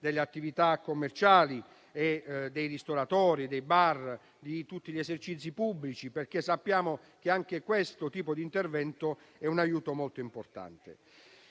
delle attività commerciali, dei ristoratori, dei bar e di tutti gli esercizi pubblici; sappiamo che anche questo tipo di intervento è un aiuto molto importante.